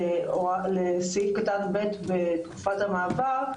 לסעיף (ב) בתקופת המעבר,